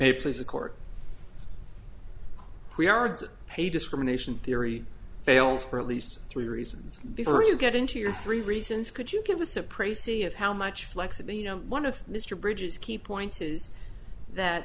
they place a court we are does it pay discrimination theory fails for at least three reasons before you get into your three reasons could you give us a precis of how much flexible you know one of mr bridges key points is that